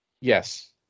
Yes